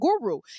guru